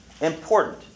Important